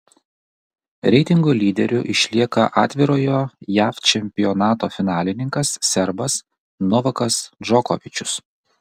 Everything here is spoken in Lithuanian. reitingo lyderiu išlieka atvirojo jav čempionato finalininkas serbas novakas džokovičius